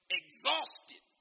exhausted